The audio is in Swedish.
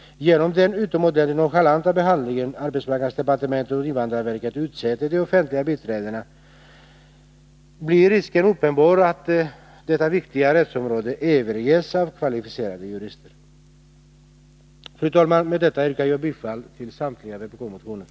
Genom den utomordentligt nonchalanta behandling arbetsmarknadsdepartementet och invandrarverket utsätter de offentliga biträdena för blir risken uppenbar att detta viktiga rättsområde överges av kvalificerade jurister. Fru talman! Med detta yrkar jag bifall till samtliga vpk-motioner.